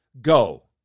Go